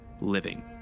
Living